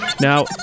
Now